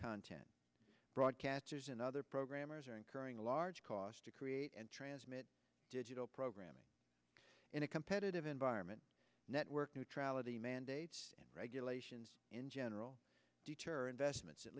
content broadcasters and other programmers are incurring a large cost to create and transmit digital programming in a competitive environment network neutrality mandates and regulations in general deter investments at